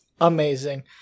Amazing